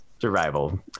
Survival